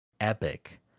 epic